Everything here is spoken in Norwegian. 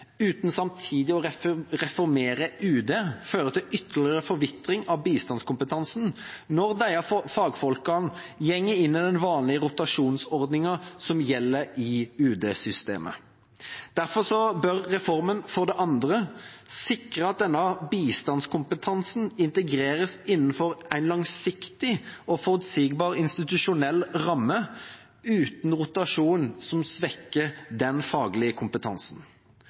uten samtidig å reformere UD, føre til ytterligere forvitring av bistandskompetansen, når disse fagfolkene går inn i den vanlige rotasjonsordningen som gjelder i UD-systemet. Derfor bør reformen for det andre sikre at denne bistandskompetansen integreres innenfor en langsiktig og forutsigbar institusjonell ramme, uten en rotasjon som svekker den faglige kompetansen.